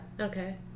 Okay